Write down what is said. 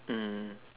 mm